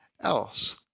else